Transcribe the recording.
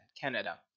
Canada